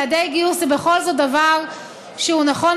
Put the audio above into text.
יעדי גיוס זה בכל זאת דבר שהוא נכון